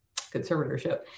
conservatorship